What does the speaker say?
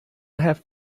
have